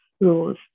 rules